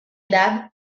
edad